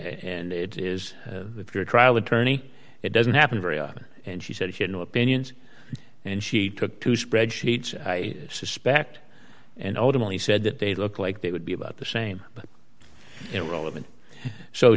and it is if you're a trial attorney it doesn't happen very often and she said she had no opinions and she took two spreadsheets i suspect and ultimately said that they looked like they would be about the same